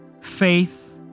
faith